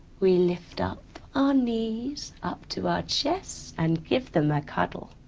we lift up our knees up to our chests and give them a cuddle.